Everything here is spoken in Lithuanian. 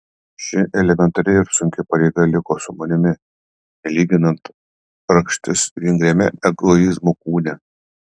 ši elementari ir sunki pareiga liko su manimi nelyginant rakštis vingriame egoizmo kūne